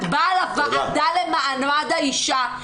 את באה לוועדה לקידום מעמד האישה,